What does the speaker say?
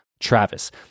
Travis